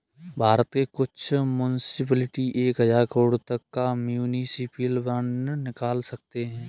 भारत के कुछ मुन्सिपलिटी एक हज़ार करोड़ तक का म्युनिसिपल बांड निकाल सकते हैं